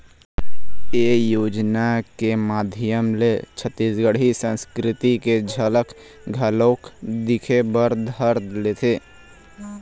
ए योजना के माधियम ले छत्तीसगढ़ी संस्कृति के झलक घलोक दिखे बर धर लेथे